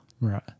Right